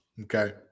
okay